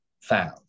found